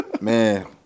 Man